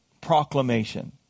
Proclamation